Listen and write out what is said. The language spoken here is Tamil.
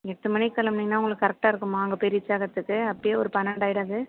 எட்டு மணிக்கு கிளம்புனீங்கனா உங்களுக்கு கரெக்டாக இருக்குமா அங்கே போய் ரீச்சாகிறத்துக்கு அப்படியே ஒரு பன்னெண்டாகிடாது